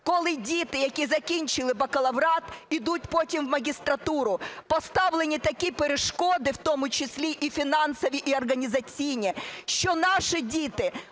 коли діти, які закінчили бакалаврат, ідуть потім у магістратуру. Поставлені такі перешкоди, в тому числі і фінансові, і організаційні, що наші діти